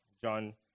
John